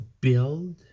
build